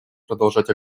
продолжать